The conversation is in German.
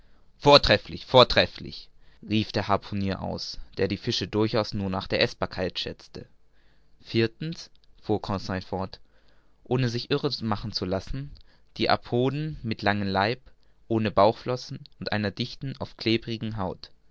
vortrefflich vortrefflich rief der harpunier aus der die fische durchaus nur nach der eßbarkeit schätzte viertens fuhr conseil fort ohne sich irre machen zu lassen die apoden mit langem leib ohne bauchflossen und einer dichten oft klebrigen haut